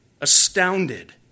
astounded